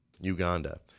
Uganda